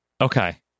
Okay